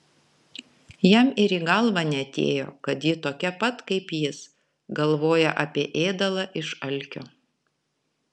jam ir į galvą neatėjo kad ji tokia pat kaip jis galvoja apie ėdalą iš alkio